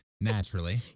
Naturally